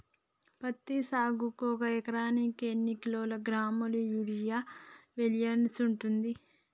పత్తి సాగుకు ఒక ఎకరానికి ఎన్ని కిలోగ్రాముల యూరియా వెయ్యాల్సి ఉంటది?